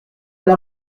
elle